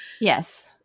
yes